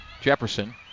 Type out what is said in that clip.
Jefferson